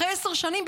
אחרי עשר שנים,